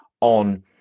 on